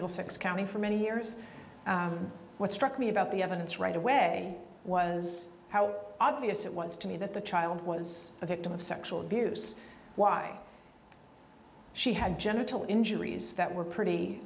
middlesex county for many years what struck me about the evidence right away was how obvious it was to me that the child was a victim of sexual abuse why she had genital injuries that were pretty